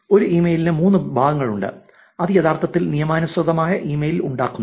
ഒരു ഇമെയിലിന് 3 ഭാഗങ്ങളുണ്ട് അത് യഥാർത്ഥത്തിൽ നിയമാനുസൃതമായ ഇമെയിൽ ഉണ്ടാക്കുന്നു